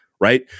right